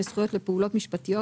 לזכויות ולפעולות משפטיות,